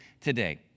today